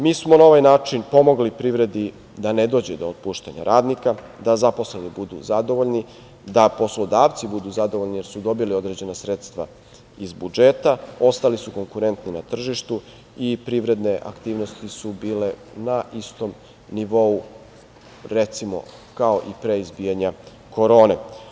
Mi smo na ovaj način pomogli privredi da ne dođe do otpuštanja radnika, da zaposleni budu zadovoljni, da poslodavci budu zadovoljni jer su dobili određena sredstva iz budžeta, ostali su konkurentni na tržištu i privredne aktivnosti su bile na istom nivou, recimo, kao i pre izbijanja korone.